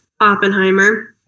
Oppenheimer